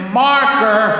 marker